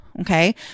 Okay